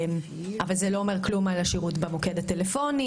אבל זה לא אומר כלום על השירות במוקד הטלפוני,